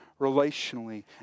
relationally